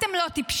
אתם לא טיפשים.